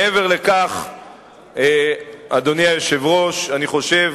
מעבר לכך, אדוני היושב-ראש, אני חושב